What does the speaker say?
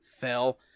fell